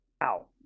Wow